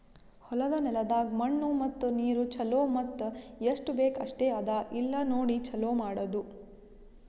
ಹೊಲದ ನೆಲದಾಗ್ ಮಣ್ಣು ಮತ್ತ ನೀರು ಛಲೋ ಮತ್ತ ಎಸ್ಟು ಬೇಕ್ ಅಷ್ಟೆ ಅದಾ ಇಲ್ಲಾ ನೋಡಿ ಛಲೋ ಮಾಡದು